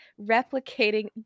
replicating